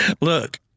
Look